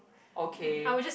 okay